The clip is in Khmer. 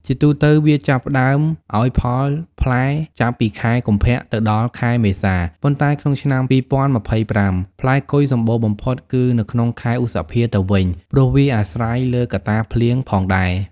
ជាទូទៅវាចាប់ផ្តើមឲ្យផលផ្លែចាប់ពី ខែកុម្ភៈទៅដល់ខែមេសា ប៉ុន្តែក្នុងឆ្នាំ២០២៥ ផ្លែគុយសម្បូរបំផុតគឺនៅក្នុងខែឧសភាទៅវិញ ព្រោះវាអាស្រ័យលើកត្តាភ្លៀងផងដែរ។